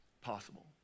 possible